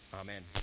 Amen